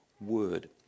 word